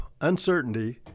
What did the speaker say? uncertainty